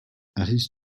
his